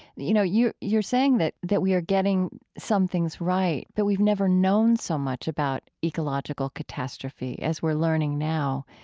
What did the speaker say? you know you're saying that that we are getting some things right, that we've never known so much about ecological catastrophe as we're learning now.